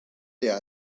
der